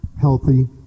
healthy